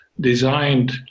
designed